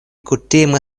kutime